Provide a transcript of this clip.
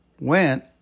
went